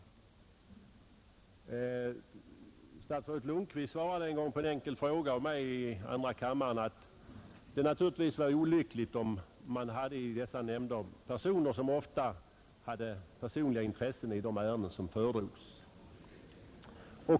På en enkel fråga av mig svarade statsrådet Lundkvist en gång i andra kammaren att det naturligtvis var olyckligt om man i dessa nämnder satt in ledamöter som ofta hade personliga intressen i de ärenden som föredrogs.